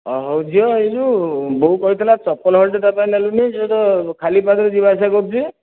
ଅ ହଉ ଝିଅ ଏଇ ଯେଉଁ ବୋଉ କହିଥିଲା ଚପଲ ହଳେ ତା ପାଇଁ ନେଳୁନି ସେ ତ ଖାଲି ପାଦରେ ଯିବା ଆସିବା କରୁଛି